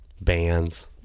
Bands